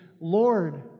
Lord